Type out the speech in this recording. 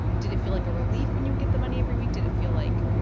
did it feel like a relief when you would get the money every week? did it feel like.